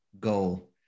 goal